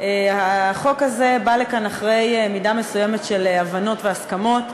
החוק הזה בא לכאן אחרי מידה מסוימת של הבנות והסכמות.